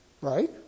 right